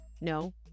No